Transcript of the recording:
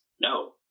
no